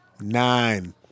nine